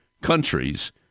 countries